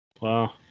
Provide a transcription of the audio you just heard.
Wow